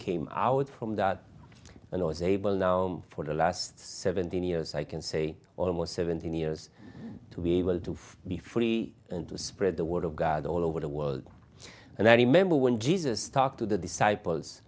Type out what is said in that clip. came out from that and was able now for the last seventeen years i can say almost seventeen years to be able to be free and to spread the word of god all over the world and i remember when jesus talked to the disciples